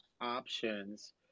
options